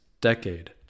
decade